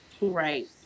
Right